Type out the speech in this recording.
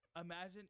Imagine